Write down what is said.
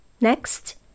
Next